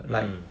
mm